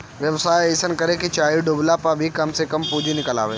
व्यवसाय अइसन करे के चाही की डूबला पअ भी कम से कम पूंजी निकल आवे